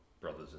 brothers